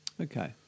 Okay